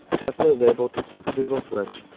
tesla is able to flip a digital switch,